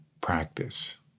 practice